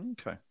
Okay